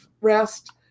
rest